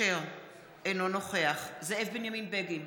אינו נוכח זאב בנימין בגין,